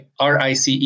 RICE